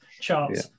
charts